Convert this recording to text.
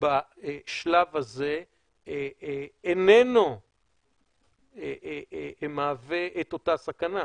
בשלב הזה איננו מהווה את אותה סכנה.